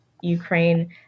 Ukraine